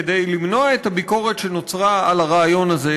כדי למנוע את הביקורת שנוצרה על הרעיון הזה,